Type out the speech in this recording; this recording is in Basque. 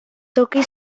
toki